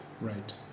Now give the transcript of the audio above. right